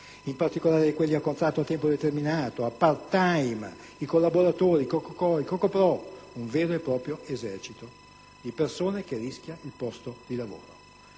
in particolare quelli a contratto a tempo determinato, a *part time*, i collaboratori, i Co.co.co., i Co.co.pro., un vero e proprio esercito di persone che rischia il posto di lavoro.